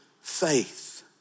faith